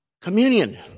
Communion